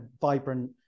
vibrant